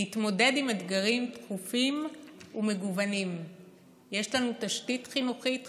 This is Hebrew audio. להתמודד עם אתגרים דחופים ומגוונים"; "יש לנו תשתית חינוכית חשובה,